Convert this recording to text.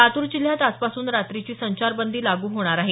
लातूर जिल्ह्यात आजपासून रात्रीची संचारबंदी लागू होणार आहे